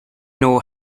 know